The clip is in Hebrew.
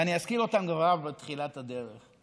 ואני אזכיר אותם כבר בתחילת הדרך,